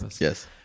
Yes